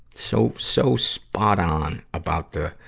so, so spot on about the,